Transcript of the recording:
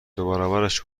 دوبرابرش